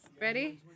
Ready